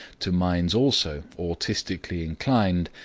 to minds also autistically inclined,